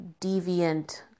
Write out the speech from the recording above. deviant